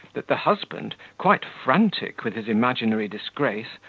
that the husband, quite frantic with his imaginary disgrace,